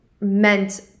meant